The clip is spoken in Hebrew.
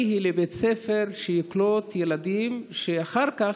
כוונתי היא לבית ספר שיקלוט ילדים שאחר כך,